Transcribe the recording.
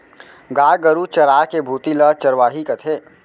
गाय गरू चराय के भुती ल चरवाही कथें